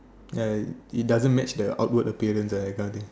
ya it doesn't match the outward appearance that kind of thing